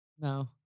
No